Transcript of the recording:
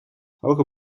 hoge